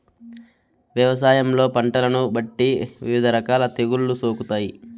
వ్యవసాయంలో పంటలను బట్టి వివిధ రకాల తెగుళ్ళు సోకుతాయి